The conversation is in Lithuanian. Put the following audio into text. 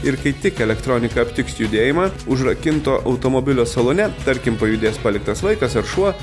ir kai tik elektronika aptiks judėjimą užrakinto automobilio salone tarkim pajudės paliktas vaikas ar šuo